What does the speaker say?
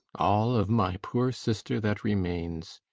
all of my poor sister that remains!